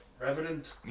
Revenant